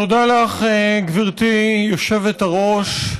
תודה לך, גברתי היושבת-ראש.